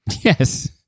Yes